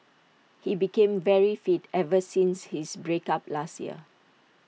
he became very fit ever since his break up last year